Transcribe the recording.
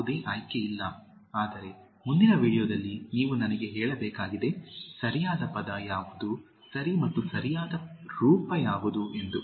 ಯಾವುದೇ ಆಯ್ಕೆ ಇಲ್ಲ ಆದರೆ ಮುಂದಿನ ವೀಡಿಯೊದಲ್ಲಿ ನೀವು ನನಗೆ ಹೇಳಬೇಕಾಗಿದೆ ಸರಿಯಾದ ಪದ ಯಾವುದು ಸರಿ ಮತ್ತು ಸರಿಯಾದ ರೂಪ ಯಾವುದು ಎಂದು